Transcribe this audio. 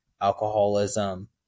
Alcoholism